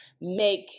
make –